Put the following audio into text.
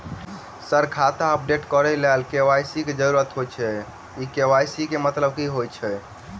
Sir खाता update करऽ लेल के.वाई.सी की जरुरत होइ छैय इ के.वाई.सी केँ मतलब की होइ छैय?